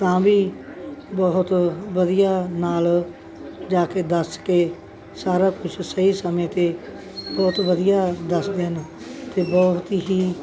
ਤਾਂ ਵੀ ਬਹੁਤ ਵਧੀਆ ਨਾਲ ਜਾ ਕੇ ਦੱਸ ਕੇ ਸਾਰਾ ਕੁਛ ਸਹੀ ਸਮੇਂ 'ਤੇ ਬਹੁਤ ਵਧੀਆ ਦੱਸਦੇ ਹਨ ਅਤੇ ਬਹੁਤ ਹੀ